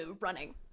running